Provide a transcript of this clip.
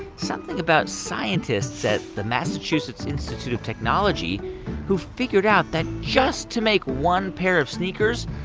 something about scientists at the massachusetts institute of technology who figured out that just to make one pair of sneakers,